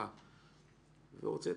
ועומד.